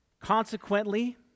Consequently